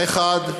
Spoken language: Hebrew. האחד,